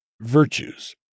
virtues